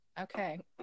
Okay